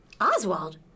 Oswald